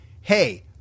Hey